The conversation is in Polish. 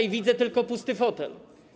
Ja widzę tylko pusty fotel.